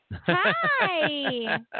Hi